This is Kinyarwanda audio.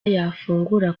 yafungura